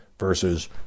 versus